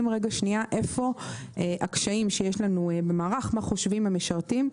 היכן הקשיים שיש לנו במערך ומה חושבים המשרתים.